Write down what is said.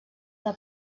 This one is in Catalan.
del